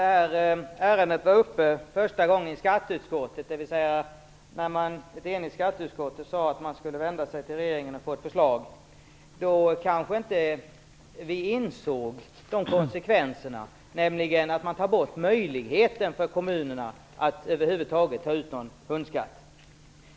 Fru talman! När ärendet första gången var uppe i skatteutskottet sade ett enigt utskott att man skulle vända sig till regeringen för att få ett förslag. Men då insåg vi kanske inte konsekvensen därav, nämligen att kommunerna fråntas möjligheten att över huvud taget ta ut hundskatt.